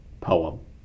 poem